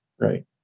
right